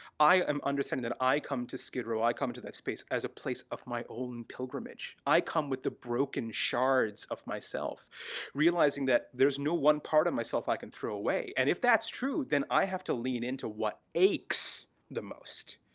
i i am understanding that i come to skid row. i come into that space as a place of my own pilgrimage, i come with the broken shards of myself realizing that there's no one part of myself i can throw away. and if that's true then i have to lean into what aches the most,